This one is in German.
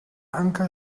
anker